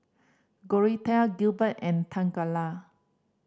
Gorathea Gilbert and Tangela